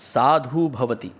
साधुः भवति